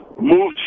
move